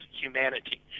humanity